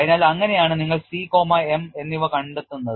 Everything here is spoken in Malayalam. അതിനാൽ അങ്ങനെയാണ് നിങ്ങൾ C m എന്നിവ കണ്ടെത്തുന്നത്